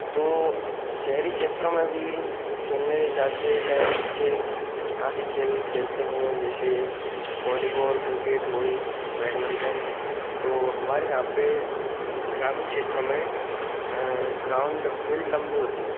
तो शहरी क्षेत्रों में भी खेलने जाते टेम बच्चे आदि खेल खेलते हैं जैसे बॉलीबॉल क्रिकेट वह ही बैडमिंटन तो हमारे यहाँ पर ग्रामीण क्षेत्रों में ग्राउंड फील्ड लंबी होती है